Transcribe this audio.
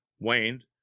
waned